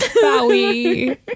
bowie